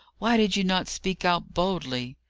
why did you not speak out boldly?